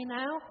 now